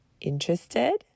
Interested